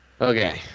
Okay